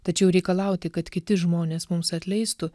tačiau reikalauti kad kiti žmonės mums atleistų